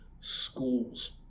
schools